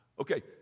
Okay